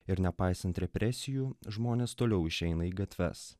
ir nepaisant represijų žmonės toliau išeina į gatves